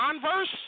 Converse